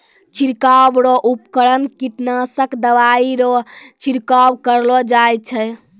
छिड़काव रो उपकरण कीटनासक दवाइ रो छिड़काव करलो जाय छै